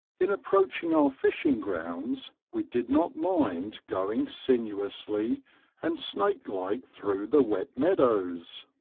in approaching our fishing grounds we did not mind going sinuously and snake like through the wet meadows,